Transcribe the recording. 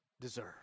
deserve